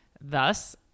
thus